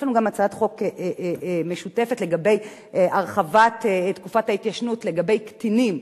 יש לנו גם הצעת חוק משותפת לגבי הרחבת תקופת ההתיישנות לגבי קטינים,